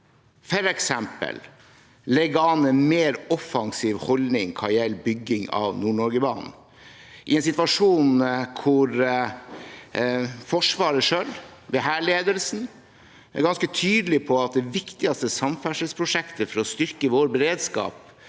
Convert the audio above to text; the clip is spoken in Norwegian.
f.eks. legge an en mer offensiv holdning når det gjelder bygging av Nord-Norge-banen – i en situasjon hvor Forsvaret selv ved hærledelsen er ganske tydelig på at det viktigste samferdselsprosjektet for å styrke vår beredskap